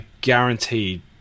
guaranteed